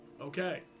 Okay